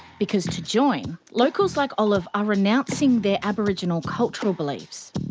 because to join, locals like olive are renouncing their aboriginal cultural beliefs.